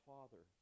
Father